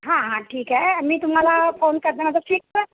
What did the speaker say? हां हां ठीक आहे मी तुम्हाला फोन